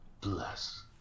Bless